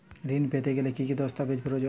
ঋণ পেতে গেলে কি কি দস্তাবেজ প্রয়োজন?